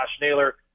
Naylor